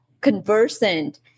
conversant